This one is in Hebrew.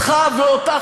אותך ואותך,